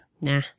Nah